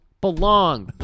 belong